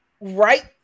Right